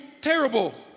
terrible